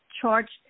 charged